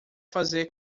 fazer